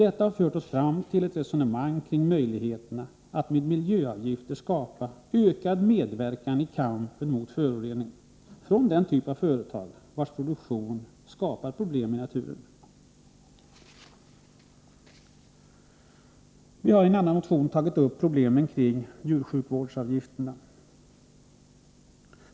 Detta har fört oss fram till ett resonemang kring möjligheterna att med miljöavgifter skapa ökad medverkan i kampen mot föroreningar från företag vars produktion skapar problem i naturen. Vi hari en annan motion tagit upp problemen kring djursjukvårdsavgifterna.